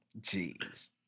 Jeez